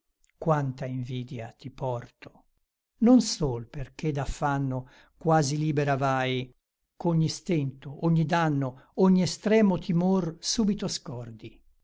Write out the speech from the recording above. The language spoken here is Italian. quanta invidia ti porto non sol perché d'affanno quasi libera vai ch'ogni stento ogni danno ogni estremo timor subito scordi